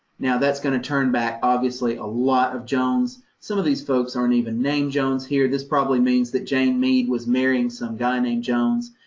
now that's going to turn back, obviously a lot of jones. some of these folks aren't even named jones. here, this probably means that jane mead was marrying some guy named jones,